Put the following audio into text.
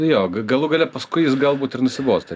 jo galų gale paskui jis galbūt ir nusibosta